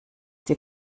die